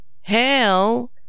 hell